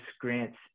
grant's